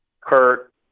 Kurt